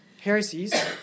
heresies